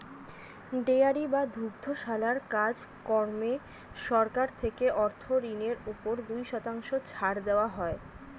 dairy বা দুগ্ধশালার কাজ কর্মে সরকার থেকে অর্থ ঋণের উপর দুই শতাংশ ছাড় দেওয়া হয়